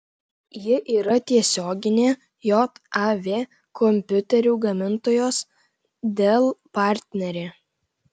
ji yra tiesioginė jav kompiuterių gamintojos dell partnerė